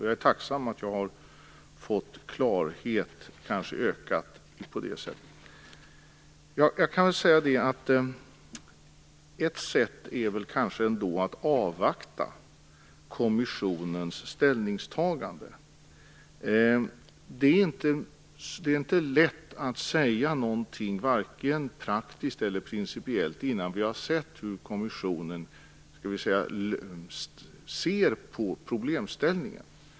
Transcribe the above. Jag är tacksam för att jag har fått ökad klarhet på det här sättet. Ett sätt är kanske att avvakta kommissionens ställningstagande. Det är inte lätt att säga något, varken praktiskt eller principiellt, innan vi har sett hur kommissionen ser på problemställningen.